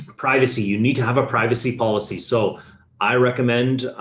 privacy, you need to have a privacy policy. so i recommend a,